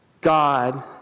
God